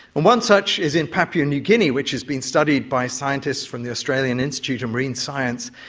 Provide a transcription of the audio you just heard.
and one such is in papua new guinea which has been studied by scientists from the australian institute of marine science,